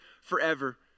forever